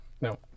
No